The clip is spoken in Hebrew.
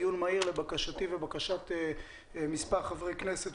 דיון מהיר לבקשתי ולבקשת מספר חברי כנסת,